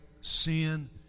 sin